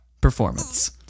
Performance